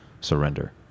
surrender